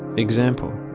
example.